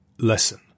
lesson